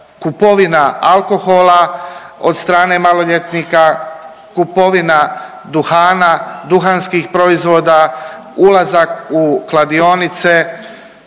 kupovina alkohola od strane maloljetnika, kupovina duhana, duhanskih proizvoda, ulazak u kladionice